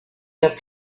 der